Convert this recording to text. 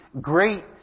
great